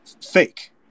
fake